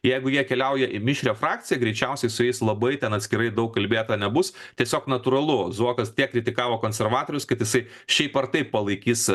jeigu jie keliauja į mišrią frakciją greičiausiai su jais labai ten atskirai daug kalbėta nebus tiesiog natūralu zuokas tiek kritikavo konservatorius kad jisai šiaip ar taip palaikys